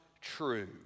true